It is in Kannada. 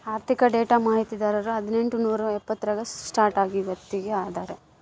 ಆರ್ಥಿಕ ಡೇಟಾ ಮಾಹಿತಿದಾರರು ಹದಿನೆಂಟು ನೂರಾ ಎಪ್ಪತ್ತರಾಗ ಸ್ಟಾರ್ಟ್ ಆಗಿ ಇವತ್ತಗೀ ಅದಾರ